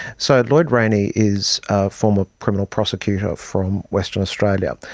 so lloyd rayney is a former criminal prosecutor from western australia,